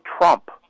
trump